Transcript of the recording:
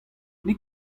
n’eo